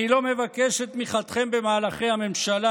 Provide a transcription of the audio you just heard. אני לא מבקש את תמיכתכם במהלכי הממשלה.